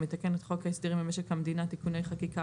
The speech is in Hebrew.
המתקן את חוק הסדרים במשק המדינה (תיקוני חקיקה),